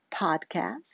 podcast